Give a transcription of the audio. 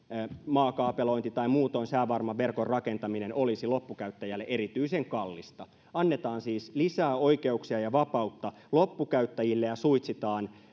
maakaapelointi tai muutoin säävarman verkon rakentaminen olisi loppukäyttäjälle erityisen kallista annetaan siis lisää oikeuksia ja vapautta loppukäyttäjille ja suitsitaan